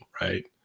right